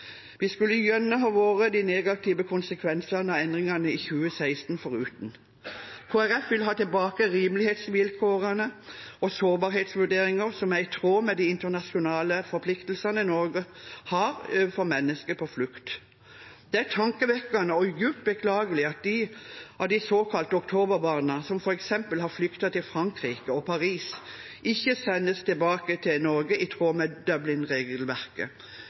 Vi skulle gjerne ha vært de negative konsekvensene av endringene i 2016 foruten. Kristelig Folkeparti vil ha tilbake rimelighetsvilkårene og sårbarhetsvurderinger som er i tråd med de internasjonale forpliktelsene Norge har overfor mennesker på flukt. Det er tankevekkende og dypt beklagelig at de av de såkalte oktoberbarna som f.eks. har flyktet til Frankrike og Paris, ikke sendes tilbake til Norge i tråd med